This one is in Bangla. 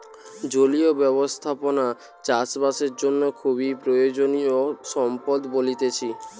জলীয় ব্যবস্থাপনা চাষ বাসের জন্য খুবই প্রয়োজনীয় সম্পদ বলতিছে